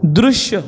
दृश्य